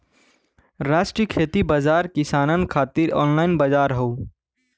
राष्ट्रीय खेती बाजार किसानन खातिर ऑनलाइन बजार हौ